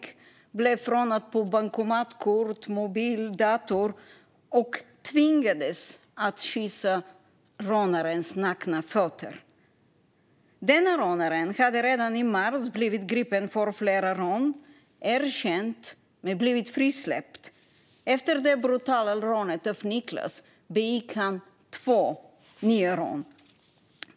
Han blev rånad på bankomatkort, mobil och dator och tvingades att kyssa rånarens nakna fötter. Den rånaren hade redan i mars blivit gripen för flera rån, erkänt men blivit frisläppt. Efter det brutala rånet mot Niclas begick han två nya rån.